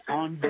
on